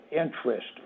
interest